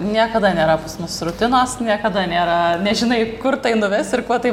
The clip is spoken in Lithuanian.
niekada nėra pas mus rutinos niekada nėra nežinai kur tai nuves ir kuo tai